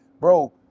Bro